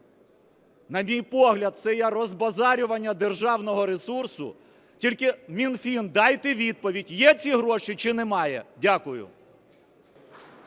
на мій погляд, це є розбазарювання державного ресурсу. Тільки, Мінфін, дайте відповідь є ці гроші чи немає? Дякую.